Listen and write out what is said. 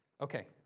Okay